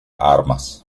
armas